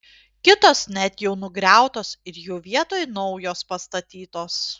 kitos net jau nugriautos ir jų vietoj naujos pastatytos